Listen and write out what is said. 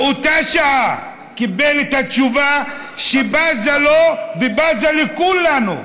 באותה שעה הוא קיבל את התשובה שבזה לו ובזה לכולנו,